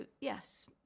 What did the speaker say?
yes